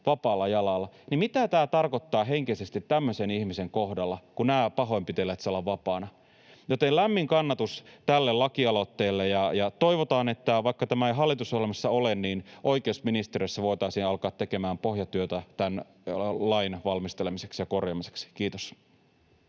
vapaalla jalalla — niin mitä tämä tarkoittaa henkisesti tämmöisen ihmisen kohdalla, kun nämä pahoinpitelijät saavat olla vapaana? Joten lämmin kannatus tälle lakialoitteelle. Toivotaan, että vaikka tämä ei hallitusohjelmassa ole, niin oikeusministeriössä voitaisiin alkaa tekemään pohjatyötä tämän lain valmistelemiseksi ja korjaamiseksi. — Kiitos.